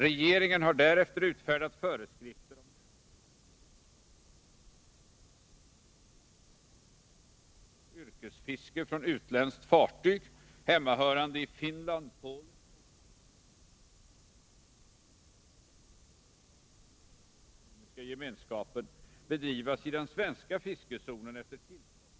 Regeringen har därefter utfärdat föreskrifter om gränserna för den utvidgade fiskezonen. Enligt gällande bestämmelser får yrkesfiske från utländskt fartyg hemmahörande i Finland, Polen, Sovjetunionen, Tyska demokratiska republiken och medlemsstat i Europeiska ekonomiska gemenskapen bedrivas i den svenska fiskezonen efter tillstånd av fiskeristyrelsen.